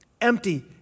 empty